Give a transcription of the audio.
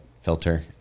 filter